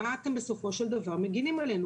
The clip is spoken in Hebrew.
מה אתם בסופו של דבר מגנים עלינו,